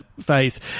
face